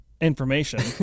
information